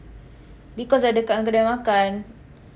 because dah dekat dengan kedai makan